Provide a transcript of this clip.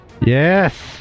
Yes